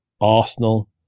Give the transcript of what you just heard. Arsenal